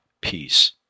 peace